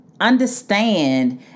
Understand